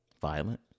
Violent